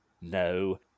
No